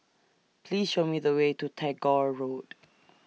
Please Show Me The Way to Tagore Road